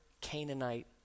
Canaanite